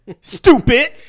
stupid